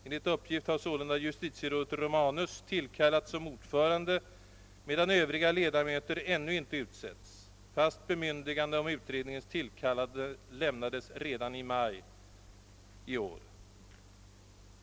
Enligt uppgift har sålunda justitierådet Romanus tillkallats som ordförande, medan övriga ledamöter ännu inte utsetts, fast bemyndigande om utredningens tillkallande lämnades redan i början av maj.